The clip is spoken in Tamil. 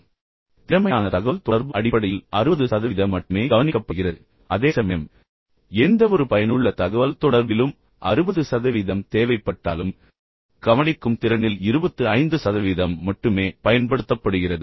எனவே இந்த மூன்று உண்மைகள் திறமையான தகவல்தொடர்பு அடிப்படையில் 60 சதவீதம் மட்டுமே கவனிக்கப்படுகிறது அதேசமயம் எந்தவொரு பயனுள்ள தகவல்தொடர்பிலும் 60 சதவீதம் தேவைப்பட்டாலும் கவனிக்கும் திறனில் 25 சதவீதம் மட்டுமே நம்மால் பயன்படுத்தப்படுகிறது